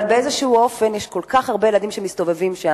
אבל באיזשהו אופן יש כל כך הרבה ילדים שמסתובבים שם,